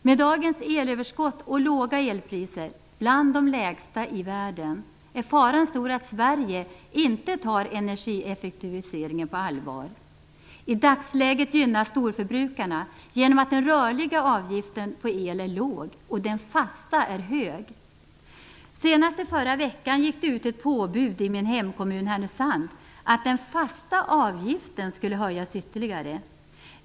Med dagens elöverskott och låga elpriser, bland de lägsta i världen, är faran stor att Sverige inte tar energieffektiviseringen på allvar. I dagsläget gynnas storförbrukarna genom att den rörliga avgiften på el är låg och den fasta är hög. Senast i förra veckan gick det ut ett påbud i min hemkommun Härnösand att den fasta avgiften skulle höjas ytterligare.